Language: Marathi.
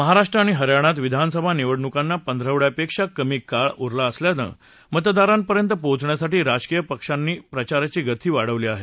महाराष्ट्र आणि हरयाणात विधानसभा निवडणुकांना पंधरावड्यापेक्षा कमी काळ उरला असल्यानं मतदारापर्यंत पोहण्यासाठी राजकीय पक्षांनी प्रचाराची गती वाढवली आहे